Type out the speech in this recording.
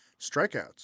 strikeouts